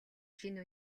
шинэ